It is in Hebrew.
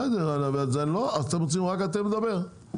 אז אתם רוצים רק אתם לדבר?